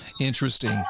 Interesting